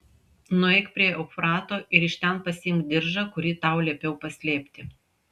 nueik prie eufrato ir iš ten pasiimk diržą kurį tau liepiau paslėpti